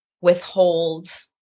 withhold